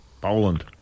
Poland